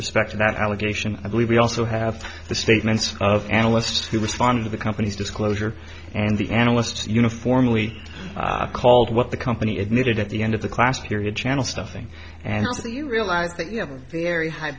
respect to that allegation i believe we also have the statements of analysts who responded to the company's disclosure and the analysts uniformly called what the company admitted at the end of the class period channel stuffing and also you realize that you have a very high